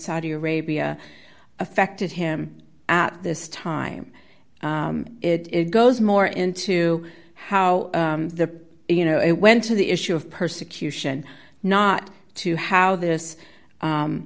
saudi arabia affected him at this time it goes more into how the you know it went to the issue of persecution not to how this